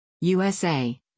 USA